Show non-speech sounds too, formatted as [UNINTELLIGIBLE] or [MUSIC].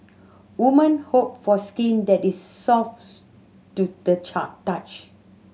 women hope for skin that is soft [UNINTELLIGIBLE] to the [UNINTELLIGIBLE] touch